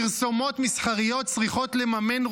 פרסומות מסחריות צריכות לממן,